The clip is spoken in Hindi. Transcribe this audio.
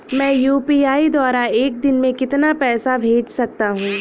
मैं यू.पी.आई द्वारा एक दिन में कितना पैसा भेज सकता हूँ?